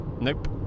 nope